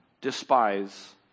despise